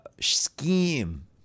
scheme